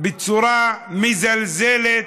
בצורה מזלזלת,